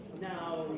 Now